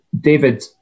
David